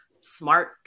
smart